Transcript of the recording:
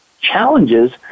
challenges